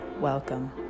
welcome